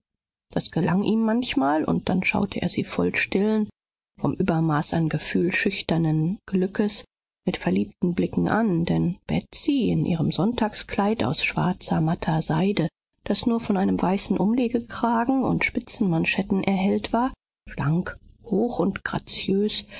das gelang ihm manchmal und dann schaute er sie voll stillen vom übermaß an gefühl schüchternen glückes mit verliebten blicken an denn betsy in ihrem sonntagskleid aus schwarzer matter seide das nur von einem weißen umlegekragen und spitzenmanschetten erhellt war schlank hoch und graziös